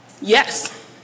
Yes